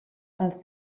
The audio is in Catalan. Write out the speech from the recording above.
els